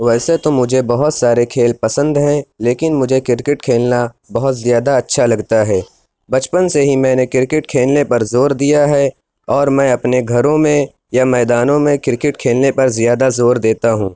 ویسے تو مجھے بہت سارے کھیل پسند ہیں لیکن مجھے کرکٹ کھیلنا بہت زیادہ اچھا لگتا ہے بچپن سے ہی میں نے کرکٹ کھیلنے پر زور دیا ہے اور میں اپنے گھروں میں یا میدانوں میں کرکٹ کھیلنے پر زیادہ زور دیتا ہوں